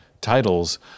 titles